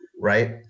right